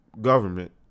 government